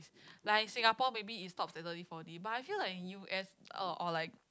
like Singapore maybe it stops at thirty forty but I feel like in U_S uh or like